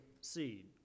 seed